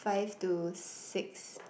five to six